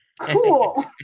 cool